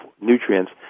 nutrients